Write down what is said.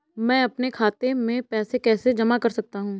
मैं अपने खाते में पैसे कैसे जमा कर सकता हूँ?